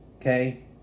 Okay